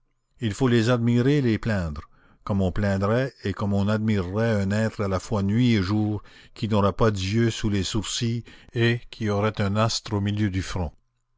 il faut les admirer et les plaindre comme on plaindrait et comme on admirerait un être à la fois nuit et jour qui n'aurait pas d'yeux sous les sourcils et qui aurait un astre au milieu du front